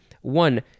One